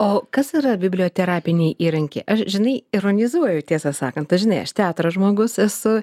o kas yra biblioterapiniai įrankiai aš žinai ironizuoju tiesą sakant tai žinai aš teatro žmogus esu